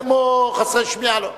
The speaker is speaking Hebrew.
כמו חסרי שמיעה, לא.